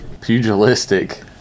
Pugilistic